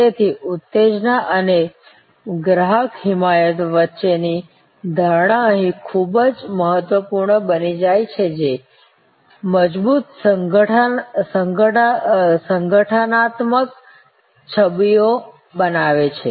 તેથી ઉત્તેજના અને ગ્રાહક હિમાયત વચ્ચે ની ધારણા અહીં ખૂબ જ મહત્વપૂર્ણ બની જાય છે જે મજબૂત સંગઠનાત્મક છબીઓ બનાવે છે